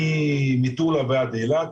ממטולה ועד אילת,